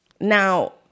now